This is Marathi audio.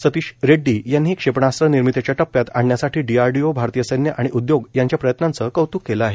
सतीश रेड्डी यांनीही क्षेपणास्त्र निर्मितीच्या टप्प्यात आणण्यासाठी डीआरडीओ भारतीय सैन्य आणि उद्योग यांच्या प्रयत्नांचं कौत्क केलं आहे